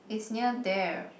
it's near there